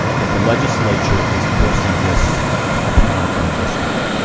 but the legislature is forcing this upon our district,